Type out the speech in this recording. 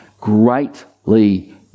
greatly